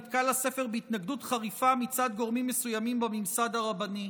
נתקל הספר בהתנגדות חריפה מצד גורמים מסוימים בממסד הרבני.